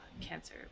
cancer